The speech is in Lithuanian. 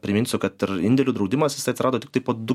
priminsiu kad ir indėlių draudimas jisai atsirado tiktai po du